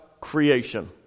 creation